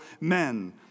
men